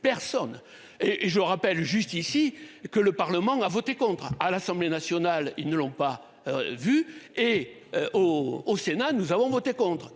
personne et je rappelle juste ici que le Parlement a voté contre à l'Assemblée nationale. Ils ne l'ont pas vu et. Au Sénat, nous avons voté contre